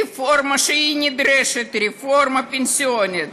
זו רפורמה נדרשת, רפורמה פנסיונית.